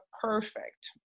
perfect